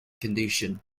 condition